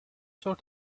sort